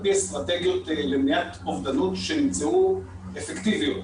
על פי אסטרטגיות למניעת אובדנות שנמצאו אפקטיביות.